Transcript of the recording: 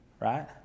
right